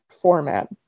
format